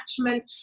attachment